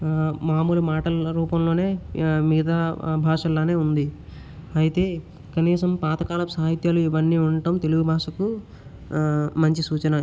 మామూలు మాటల రూపంలోనే మిగతా భాషల్లాగే ఉంది అయితే కనీసం పాతకాలపు సాహిత్యాలు ఇవన్నీ ఉండడం తెలుగు భాషకు మంచి సూచన